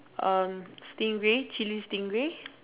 um stingray chilli stingray